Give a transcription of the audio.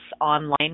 online